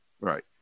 Right